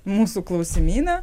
mūsų klausimyną